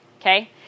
okay